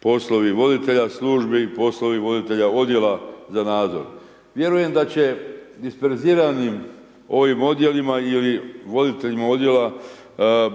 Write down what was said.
poslovi voditelja službi, poslovi voditelja odjela za nadzor. Vjerujem da će disperziranim ovim odjelima ili voditeljima odjela